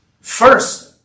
First